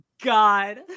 god